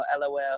LOL